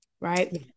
right